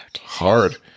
hard